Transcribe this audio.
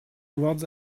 words